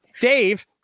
Dave